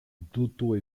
d’auto